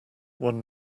one